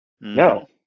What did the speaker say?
no